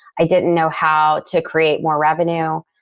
i didn't know how to create more revenue.